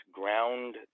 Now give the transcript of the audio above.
ground